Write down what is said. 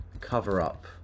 cover-up